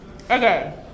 Okay